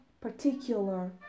particular